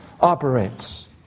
operates